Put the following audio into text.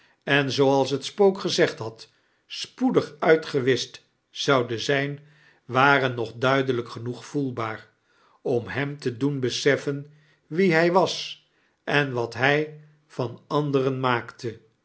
en zooals het spook gezegd had spoedig uitgewischt zouden zijn waren nog duidielijk genoeg voelbaar om hem te doen beseffen wie hij was en wat hij van anderen maakte